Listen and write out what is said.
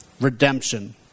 Redemption